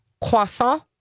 croissant